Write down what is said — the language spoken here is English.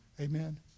Amen